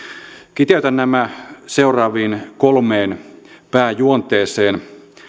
kiteytän nämä seuraaviin kolmeen pääjuonteeseen